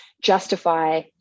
justify